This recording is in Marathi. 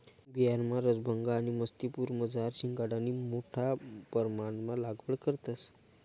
बिहारमा रसभंगा आणि समस्तीपुरमझार शिंघाडानी मोठा परमाणमा लागवड करतंस